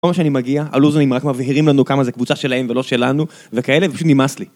כמו שאני מגיע, הלוזרים רק מבהירים לנו כמה זה קבוצה שלהם ולא שלנו וכאלה ופשוט נמאס לי